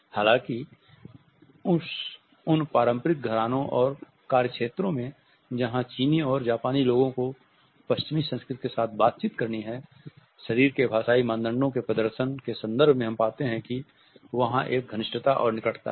हालांकि उन व्यापारिक घरानों और कार्य क्षेत्रों में जहां चीनी और जापानी लोगों को पश्चिमी संस्कृति के साथ बातचीत करनी है शरीर के भाषाई मानदंडों के प्रदर्शन के संदर्भ में हम पाते हैं कि वहाँ एक घनिष्ठता और निकटता है